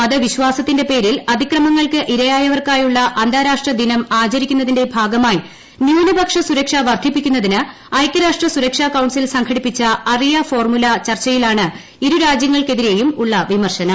മത വിശ്വാസത്തിന്റെ പേരിൽ അതിക്രമങ്ങൾക്ക് ഇരയായവർക്കായുള്ള അന്താരാഷ്ട്ര ദിനം ആചരിക്കുന്നതിന്റെ ഭാഗമായി ന്യൂനപക്ഷ സുരക്ഷ വർധിപ്പിക്കുന്നതിന് ഐക്യരാഷ്ട്ര സുരക്ഷാ കൌൺസിൽ സംഘടിപ്പിച്ച അറിയ ഫോർമുല ചർച്ചയിലാണ് ഇരു രാജ്യങ്ങൾക്കെതിരെയും ഉള്ള വിമർശനം